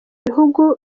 bihugu